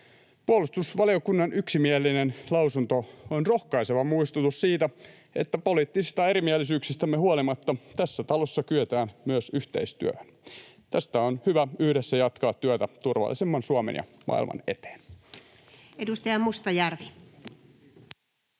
Puolustusvaliokunnan yksimielinen lausunto on rohkaiseva muistutus siitä, että poliittisista erimielisyyksistämme huolimatta tässä talossa kyetään myös yhteistyöhön. Tästä on hyvä yhdessä jatkaa työtä turvallisemman Suomen ja maailman eteen.